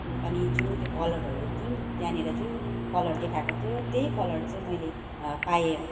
अनि जुन त्यो कलरहरू जुन त्यहाँनिर जुन कलर देखाएको थियो त्यही कलर चाहिँ मैले पाएँ